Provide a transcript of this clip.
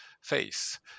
face